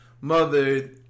mother